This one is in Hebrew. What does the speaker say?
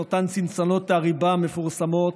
אותן צנצנות הריבה המפורסמות,